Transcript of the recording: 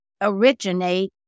originate